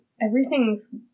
everything's